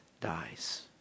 dies